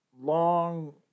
long